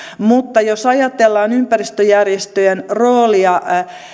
mutta jos ajatellaan ympäristöjärjestöjen roolia